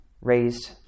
raised